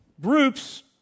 groups